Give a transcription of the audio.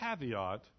caveat